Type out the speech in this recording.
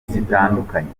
zitandukanye